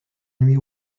nuit